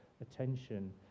attention